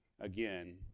again